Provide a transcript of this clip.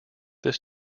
this